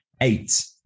eight